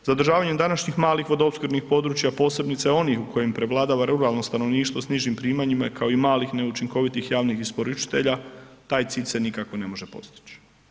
Zadržavanjem današnjih malih vodoopskrbnih područja, posebice onih u kojim prevladava ruralno stanovništvo s nižim primanjima i kao malih neučinkovitih javnih isporučitelja, taj cilj se nikako ne može postić.